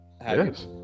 yes